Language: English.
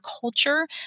culture